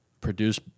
produce